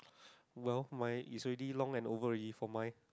well my is already long and over already for mine